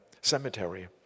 cemetery